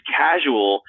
casual